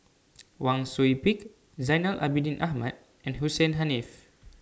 Wang Sui Pick Zainal Abidin Ahmad and Hussein Haniff